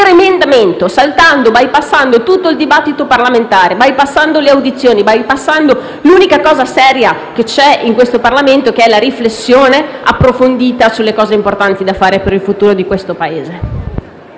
per emendamento, bypassando tutto il dibattito parlamentare, le audizioni e l'unica cosa seria che c'è in questo Parlamento, cioè la riflessione approfondita sulle cose importanti da fare per il futuro di questo Paese.